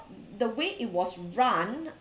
the way it was run